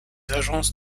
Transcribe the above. agences